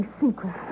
secret